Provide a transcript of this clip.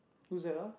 who's that lah